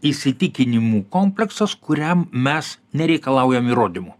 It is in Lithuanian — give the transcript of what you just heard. įsitikinimų kompleksas kuriam mes nereikalaujam įrodymų